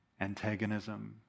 antagonism